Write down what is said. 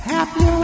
Happy